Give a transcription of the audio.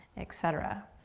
et cetera.